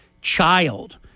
child